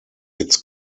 its